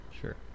Sure